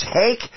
take